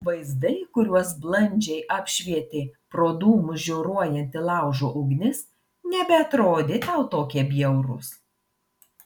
vaizdai kuriuos blandžiai apšvietė pro dūmus žioruojanti laužo ugnis nebeatrodė tau tokie bjaurūs